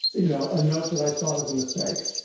you know, a note that i thought is a mistake.